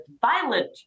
violent